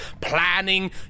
planning